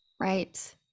right